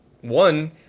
one